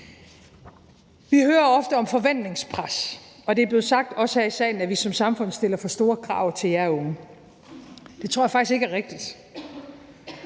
Vi hører ofte om forventningspres, og det er blevet sagt – også her i salen – at vi som samfund stiller for store krav til jer unge. Det tror jeg faktisk ikke er rigtigt.